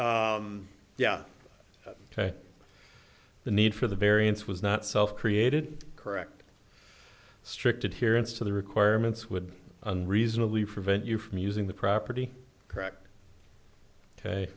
yeah ok the need for the variance was not self created correct strict adherence to the requirements would reasonably prevent you from using the property correct ok